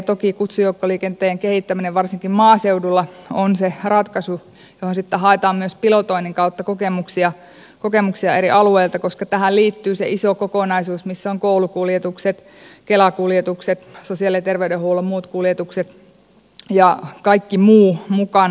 toki kutsujoukkoliikenteen kehittäminen varsinkin maaseudulla on se ratkaisu johon sitten haetaan myös pilotoinnin kautta kokemuksia eri alueilta koska tähän liittyy se iso kokonaisuus missä ovat koulukuljetukset kela kuljetukset sosiaali ja terveydenhuollon muut kuljetukset ja kaikki muu mukana